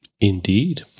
Indeed